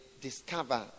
discover